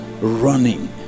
Running